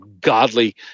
godly